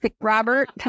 Robert